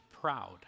proud